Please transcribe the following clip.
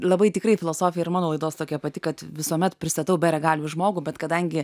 labai tikrai filosofija yra mano laidos tokia pati kad visuomet pristatau be regalijų žmogų bet kadangi